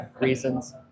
reasons